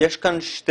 יש כאן שני,